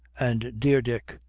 and dear dick,